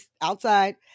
outside